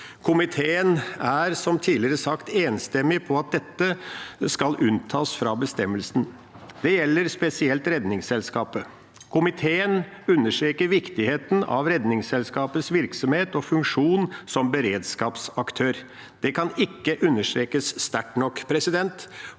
Komiteen er, som tidligere sagt, enstemmig om at dette skal unntas fra bestemmelsen. Det gjelder spesielt Redningsselskapet. Komiteen understreker viktigheten av Redningsselskapets virksomhet og funksjon som beredskapsaktør. Det kan ikke understrekes sterkt nok, for her